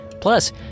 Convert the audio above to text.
Plus